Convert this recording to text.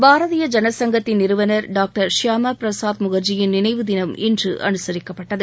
பாரதிய ஜனசங்கத்தின் நிறுவனர் டாக்டர் ஷியாமா பிரசாத் முகர்ஜியின் நினைவு தினம் இன்று அனுசரிக்கப்பட்டது